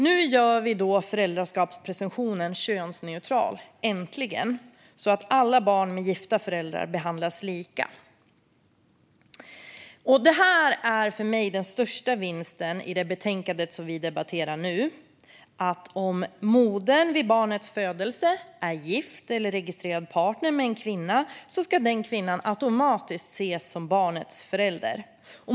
Nu gör vi äntligen föräldraskapspresumtionen könsneutral, så att alla barn med gifta föräldrar behandlas lika. För mig är den största vinsten i det betänkande som vi debatterar nu att om modern vid barnets födelse är gift eller registrerad partner med en kvinna ska den kvinnan automatiskt ses som barnets förälder.